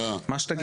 מה שתגיד.